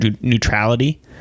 neutrality